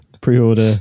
Pre-order